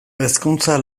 hezkuntza